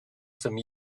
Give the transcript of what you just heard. some